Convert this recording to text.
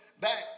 back